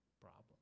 problem